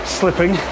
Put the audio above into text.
slipping